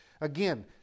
again